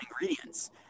ingredients